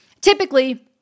Typically